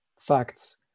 facts